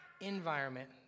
environment